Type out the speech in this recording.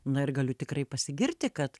na ir galiu tikrai pasigirti kad